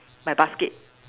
my basket